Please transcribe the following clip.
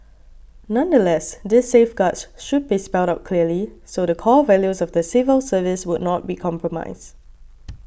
nonetheless these safeguards should be spelled out clearly so the core values of the civil service would not be compromised